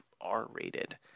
R-rated